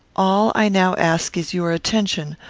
all i now ask is your attention,